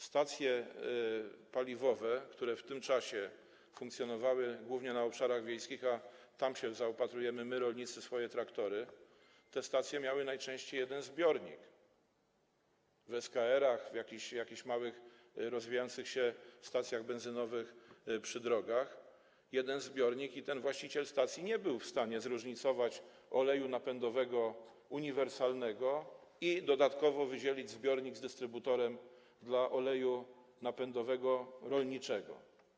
Stacje paliwowe, które w tym czasie funkcjonowały, głównie na obszarach wiejskich, a tam się zaopatrujemy, my, rolnicy, tam tankujemy swoje traktory, te stacje miały najczęściej jeden zbiornik - w SKR-ach, w jakichś małych, rozwijających się stacjach benzynowych przy drogach był jeden zbiornik i właściciel stacji nie był w stanie zróżnicować oleju napędowego uniwersalnego i dodatkowo wydzielić zbiornika z dystrybutorem dla oleju napędowego rolniczego.